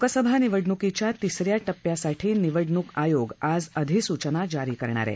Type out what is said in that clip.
लोकसभा निवडणुकीच्या तिस या टप्प्यासाठी निवडणूक आयोग आज अधिसूचना जारी करणार आहे